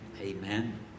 Amen